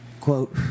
quote